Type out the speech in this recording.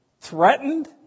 Threatened